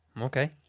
Okay